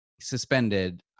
suspended